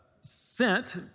sent